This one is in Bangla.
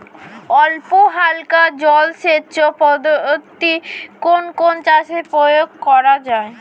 অল্পহালকা জলসেচ পদ্ধতি কোন কোন চাষে প্রয়োগ করা হয়?